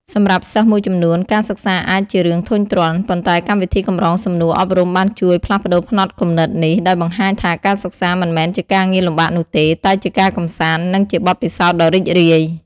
សម្រាប់សិស្សមួយចំនួន ការសិក្សាអាចជារឿងធុញទ្រាន់ ប៉ុន្តែកម្មវិធីកម្រងសំណួរអប់រំបានជួយផ្លាស់ប្តូរផ្នត់គំនិតនេះ ដោយបង្ហាញថាការសិក្សាមិនមែនជាការងារលំបាកនោះទេ តែជាការកម្សាន្ត និងជាបទពិសោធន៍ដ៏រីករាយ។